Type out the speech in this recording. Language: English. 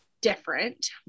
different